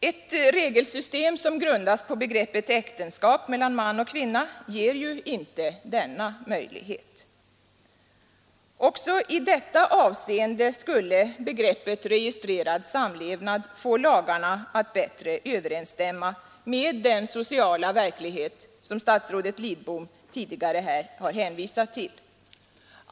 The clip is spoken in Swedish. Ett regelsystem som grundas på begreppet äktenskap mellan man och kvinna ger inte denna möjlighet. Också i detta avseende skulle begreppet registrerad samlevnad få lagarna att bättre överensstämma med den sociala verklighet som statsrådet Lidbom här har hänvisat till.